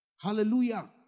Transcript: hallelujah